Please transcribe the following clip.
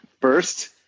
first